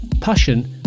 passion